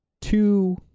two